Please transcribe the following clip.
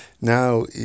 now